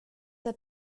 der